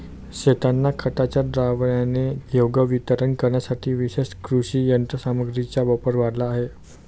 शेतांना खताच्या द्रावणाचे योग्य वितरण करण्यासाठी विशेष कृषी यंत्रसामग्रीचा वापर वाढला आहे